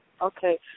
Okay